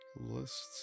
Lists